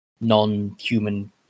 non-human